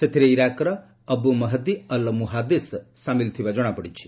ସେଥିରେ ଇରାକର Abu Mahdi al Muhandis ସାମିଲ ଥିବା ଜଣାପଡ଼ିଛି